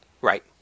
Right